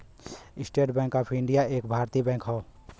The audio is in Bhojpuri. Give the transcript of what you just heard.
स्टेट बैंक ऑफ इण्डिया एक भारतीय बैंक हौ